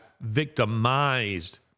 victimized